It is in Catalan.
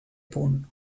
punt